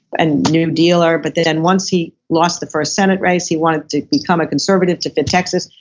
and new dealer, but then once he lost the first senate race he wanted to become a conservative to fit texas,